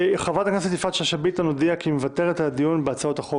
ומשפט, להעברת הצעות חוק